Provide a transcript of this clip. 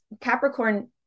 Capricorn